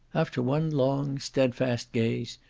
after one long, stedfast gaze,